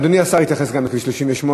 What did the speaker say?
אדוני השר התייחס גם לכביש 38,